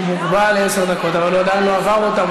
הוא מוגבל לעשר דקות, אבל הוא עדיין לא עבר אותן.